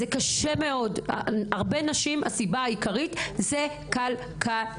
זה קשה מאוד והסיבה העיקרית היא כלכלית.